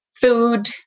food